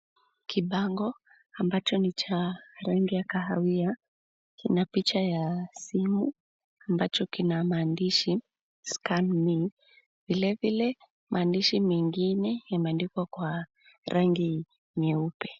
Kibango ambacho ni cha rangi ya kahawia kina picha ya simu ambacho kina maandishi "scan me".Vilevile maandishi mengine yameandikwa Kwa rangi nyeupe.